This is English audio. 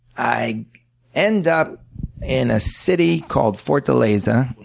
i end up in a city called fortaleza.